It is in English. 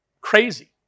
crazy